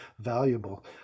valuable